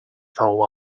thaw